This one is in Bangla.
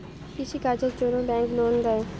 কৃষি কাজের জন্যে ব্যাংক লোন দেয়?